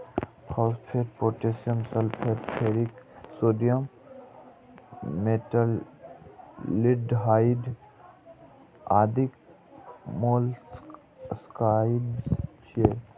phosphate, potassium sulphate, ferric sodium, metaldehyde आदि molluscicides छियै